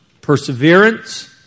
perseverance